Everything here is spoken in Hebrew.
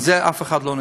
בזה אף אחד לא נוגע,